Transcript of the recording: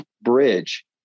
bridge